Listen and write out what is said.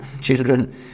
children